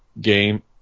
game